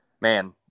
man